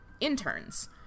interns